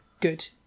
good